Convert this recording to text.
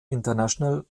international